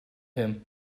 him